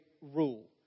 rule